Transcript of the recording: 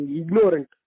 ignorant